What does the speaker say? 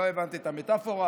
לא הבנתי את המטפורה,